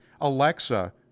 Alexa